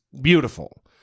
beautiful